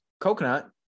coconut